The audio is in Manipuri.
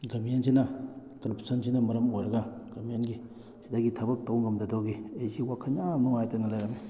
ꯒꯔꯃꯦꯟꯁꯤꯅ ꯀꯔꯞꯁꯟꯁꯤꯅ ꯃꯔꯝ ꯑꯣꯏꯔꯒ ꯒꯔꯃꯦꯟꯒꯤ ꯁꯤꯗꯒꯤ ꯊꯕꯛ ꯇꯧ ꯉꯝꯗꯗꯧꯒꯤ ꯑꯩꯁꯤ ꯋꯥꯈꯜ ꯌꯥꯝ ꯅꯨꯡꯉꯥꯏꯇꯅ ꯂꯩꯔꯝꯃꯤ